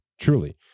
Truly